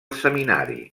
seminari